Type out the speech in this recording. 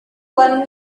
one